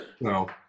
No